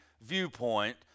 viewpoint